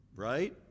right